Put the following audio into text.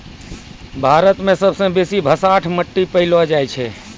भारत मे सबसे बेसी भसाठ मट्टी पैलो जाय छै